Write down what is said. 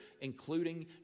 including